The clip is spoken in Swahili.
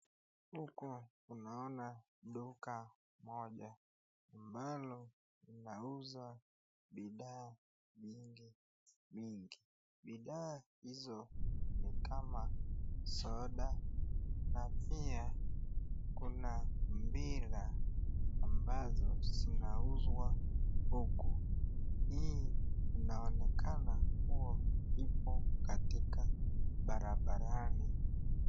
Huko tunaona duka moja ambalo linauza bidhaa mingi. Bidhaa hizo ni kama soda na pia kuna mpira ambazo zinauzwa huku . Hii inaonekana kuwa ipo katika barabarani.